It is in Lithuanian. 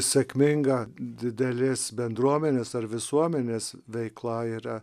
sėkminga didelės bendruomenės ar visuomenės veikla yra